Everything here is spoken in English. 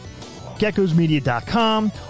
Geckosmedia.com